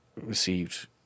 received